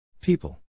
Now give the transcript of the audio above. People